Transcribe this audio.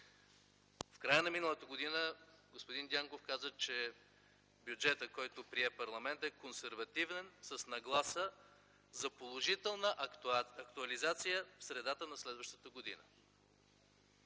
В края на миналата година господин Дянков каза, че бюджетът, който прие парламентът, е консервативен с нагласа за положителна актуализация в средата на следващата година.